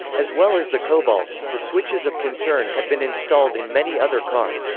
as well as the cobalts, the switches of concern had been installed in many other cars,